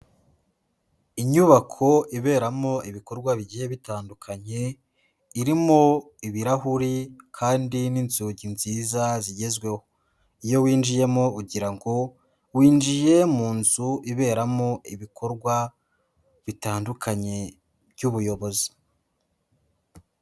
Inyubako iberamo ibikorwa bigiye bitandukanye, irimo ibirahuri kandi n'inzugi nziza zigezweho. Iyo winjiyemo ugirango winjiye mu nzu iberamo ibikorwa bitandukanye by'ubuyobozi.